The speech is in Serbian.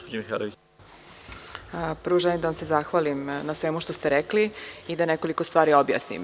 Prvo, želim da vam se zahvalim na svemu što ste rekli i da nekoliko stvari objasnim.